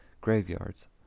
graveyards